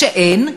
שאין.